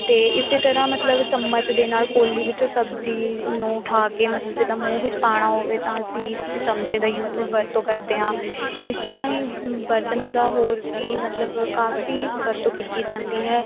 ਅਤੇ ਇਸ ਤਰ੍ਹਾਂ ਮਤਲਬ ਚਮਚ ਦੇ ਨਾਲ ਕੌਲੀ ਵਿੱਚੋਂ ਸਬਜੀ ਨੂੰ ਉਠਾ ਕੇ ਮਤਲਬ ਜਿੱਦਾਂ ਮੂੰਹ ਵਿੱਚ ਪਾਉਣਾ ਹੋਵੇ ਤਾਂ ਅਸੀਂ ਇੱਕ ਚਮਚ ਦਾ ਯੂ ਵਰਤੋਂ ਕਰਦੇ ਹਾਂ ਇਸ ਤਰ੍ਹਾਂ ਹੀ ਬਰਤਨਾਂ ਦਾ ਹੋਰ ਵੀ ਮਤਲਬ ਕਾਫ਼ੀ ਵਰਤੋਂ ਕੀਤੀ ਜਾਂਦੀ ਹੈ